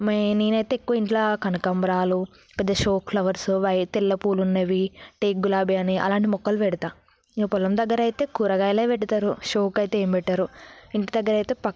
main నేనైతే ఎక్కువ ఇంట్లో కనకంబరాలు పెద్ద షో ఫ్లవర్స్ వై తెల్ల పూలు ఉన్నవి టేక్ గులాబీ అని అలాంటి మొక్కలు పెడతాను ఇంకా పొలం దగ్గర అయితే కూరగాయాలే పెడతారు షోకైతే ఏమీ పెట్టరు ఇంటి దగ్గర అయితే పక్కా